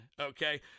okay